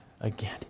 again